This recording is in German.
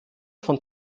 von